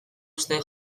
uste